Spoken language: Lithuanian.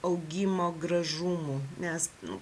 augimo gražumų nes nu